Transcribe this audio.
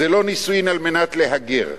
זה לא נישואין על מנת להגר.